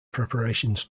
preparations